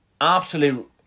absolute